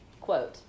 quote